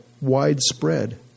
widespread